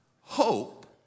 hope